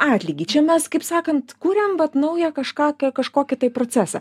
atlygį čia mes kaip sakant kuriam vat naują kažką kažkokį tai procesą